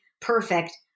perfect